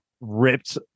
ripped